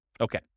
Okay